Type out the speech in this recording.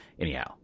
anyhow